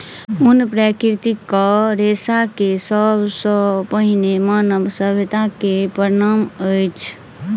ऊन प्राकृतिक रेशा के सब सॅ पहिल मानव सभ्यता के प्रमाण अछि